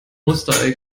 osterei